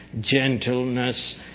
gentleness